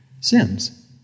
sins